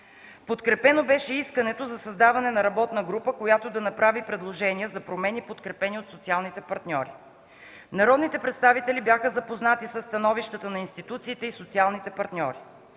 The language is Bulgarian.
Подкрепено беше искането за създаване на работна група, която да направи предложения за промени, подкрепени от социалните партньори. Народните представители бяха запознати със становищата на институциите и социалните партньори.